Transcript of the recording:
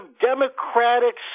democratic